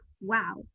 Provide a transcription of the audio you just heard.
wow